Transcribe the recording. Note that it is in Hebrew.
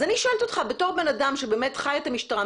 אז אני שואלת אותך בתור בן אדם שבאמת חי את המשטרה,